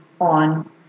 on